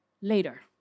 later